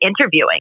interviewing